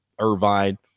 Irvine